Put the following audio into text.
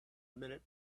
minute